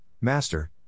Master